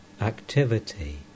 activity